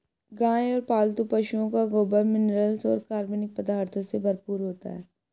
गाय और पालतू पशुओं का गोबर मिनरल्स और कार्बनिक पदार्थों से भरपूर होता है